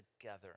together